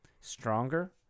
Stronger